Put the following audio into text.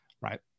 right